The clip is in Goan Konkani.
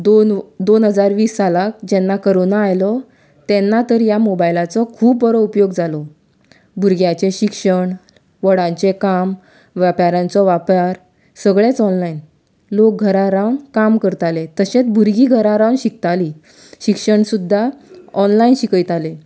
दो दोन हजार वीस सालांत जेन्ना कॉरोना आयलो तेन्ना तर ह्या मॉबायलाचो खूब बरो उपयोग जालो भुरग्याचें शिक्षण व्हडांचें काम व्यापारांचो व्यापार सगळेंच ऑनलायन लोक घरा रावन काम करताले तशेंच भुरगीं घरा रावन शिकतालीं शिक्षण सुद्दां ऑनलायन शिकताले